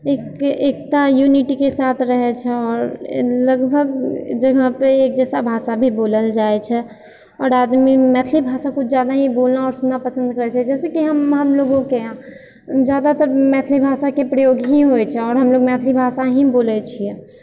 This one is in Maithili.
एक एकता यूनिटीके साथ रहै छै आओर लगभग जेना जैसा भाषा भी बोलल जाय छै आओर आदमी मैथिली भाषा किछु जादा ही बोलना आओर सुनना पसन्द करै छै जैसे कि हम हमलोगोंके यहाँ जादातर मैथिली भाषाके प्रयोग ही होय छै आओर हमलोग मैथिली भाषा ही बोलए छियै